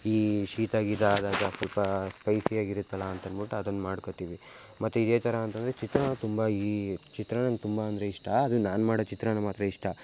ಈ ಶೀತ ಗೀತ ಆದಾಗ ಸ್ವಲ್ಪ ಸ್ಪೈಸಿಯಾಗಿರುತ್ತಲ್ವಾ ಅಂತ ಅನ್ಬಿಟ್ ಅದನ್ನ ಮಾಡ್ಕೋತೀವಿ ಮತ್ತು ಇದೇ ಥರ ಅಂತಂದರೆ ಚಿತ್ರಾನ್ನ ತುಂಬ ಈ ಚಿತ್ರಾನ್ನ ನಂಗೆ ತುಂಬ ಅಂದರೆ ಇಷ್ಟ ಅದು ನಾನು ಮಾಡೋ ಚಿತ್ರಾನ್ನ ಮಾತ್ರ ಇಷ್ಟ